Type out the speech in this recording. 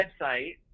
website